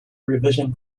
revision